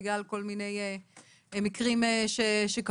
בגלל כל מיני מקרים שקרו.